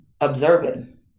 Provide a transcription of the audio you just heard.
observing